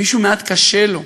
אם מישהו מעט קשה לו,